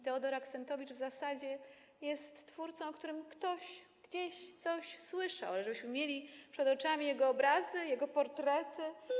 Teodor Axentowicz w zasadzie jest twórcą, o którym ktoś gdzieś coś słyszał, ale żebyśmy mieli przed oczami jego obrazy, jego portrety.